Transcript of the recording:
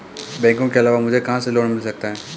बैंकों के अलावा मुझे कहां से लोंन मिल सकता है?